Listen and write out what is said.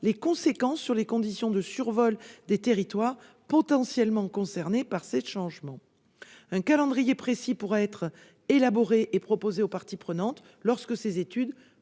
les conséquences sur les conditions de survol des territoires potentiellement concernés par ces changements. Un calendrier précis pourra être élaboré et proposé aux parties prenantes lorsque ces études